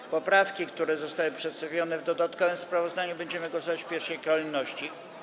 Nad poprawkami, które zostały przedstawione w dodatkowym sprawozdaniu, będziemy głosować w pierwszej kolejności.